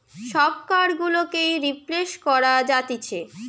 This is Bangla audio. সব কার্ড গুলোকেই রিপ্লেস করা যাতিছে